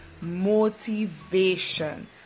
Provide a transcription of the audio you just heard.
motivation